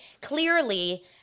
clearly